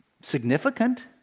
Significant